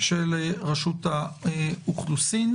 של רשות האוכלוסין.